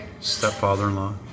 Stepfather-in-law